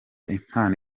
impano